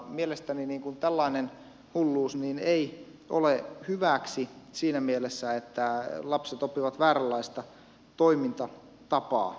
mielestäni tällainen hulluus ei ole hyväksi siinä mielessä että lapset oppivat vääränlaista toimintatapaa